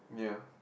ya